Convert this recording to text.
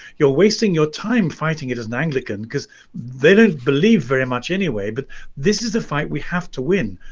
you're wasting your time fighting it as an anglican because they don't believe very much anyway but this is a fight we have to win.